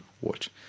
watch